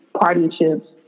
partnerships